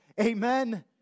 Amen